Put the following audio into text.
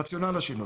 הרציונל לשינוי: